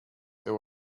there